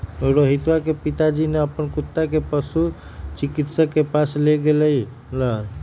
रोहितवा के पिताजी ने अपन कुत्ता के पशु चिकित्सक के पास लेगय लय